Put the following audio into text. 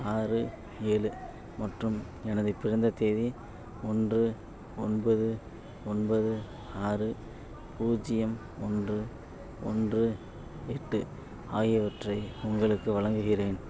ஆறு ஏழு மற்றும் எனது பிறந்த தேதி ஒன்று ஒன்பது ஒன்பது ஆறு பூஜ்ஜியம் ஒன்று ஒன்று எட்டு ஆகியவற்றை உங்களுக்கு வழங்குகிறேன்